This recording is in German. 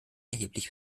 erheblich